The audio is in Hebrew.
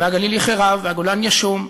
והגליל ייחרב, והגולן יישום,